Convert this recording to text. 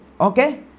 Okay